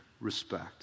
respect